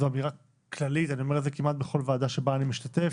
זאת אמירה כללית ואני אומר את זה כמעט בכל ועדה שבה אני משתתף: